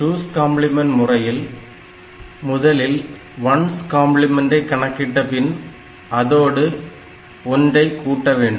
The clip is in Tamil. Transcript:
2's காம்ப்ளிமென்ட் முறையில் முதலில் 1's கம்பிளிமெண்டை கணக்கிட்ட பின் அதனோடு 1 ஐ கூட்ட வேண்டும்